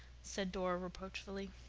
said dora reproachfully.